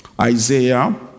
Isaiah